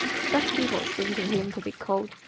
such people seem to him to be cold,